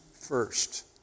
first